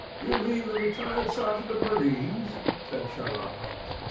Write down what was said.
you mean the retired sergeant of marines, said sherlock holmes.